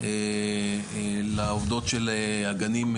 לעובדות של הגנים,